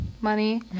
Money